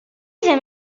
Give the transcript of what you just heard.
ddim